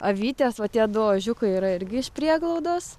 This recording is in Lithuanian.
avytės o tie du ožiukai yra irgi iš prieglaudos